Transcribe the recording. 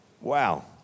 Wow